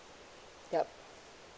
yup